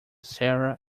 sarah